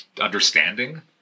understanding